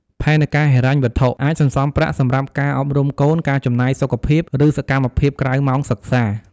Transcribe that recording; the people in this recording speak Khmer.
ផែនការហិរញ្ញវត្ថុ អាចសន្សំប្រាក់សម្រាប់ការអប់រំកូន ការចំណាយសុខភាព ឬសកម្មភាពក្រៅម៉ោងសិក្សា។